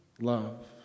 love